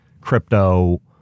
crypto